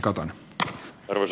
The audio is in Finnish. arvoisa puhemies